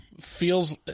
feels